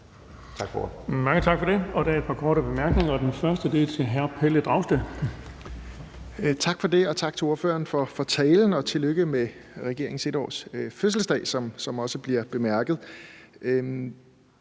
tak for det. Der er et par korte bemærkninger, og den første er fra hr. Pelle Dragsted. Kl. 10:10 Pelle Dragsted (EL): Tak for det, og tak til ordføreren for talen. Og tillykke med regeringens 1-årsfødselsdag, som også bliver bemærket.